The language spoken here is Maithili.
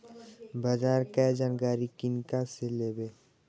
बाजार कै जानकारी किनका से लेवे?